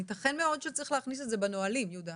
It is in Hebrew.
יתכן מאוד וצריך להכניס את זה בנהלים, יהודה.